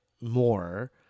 more